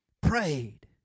prayed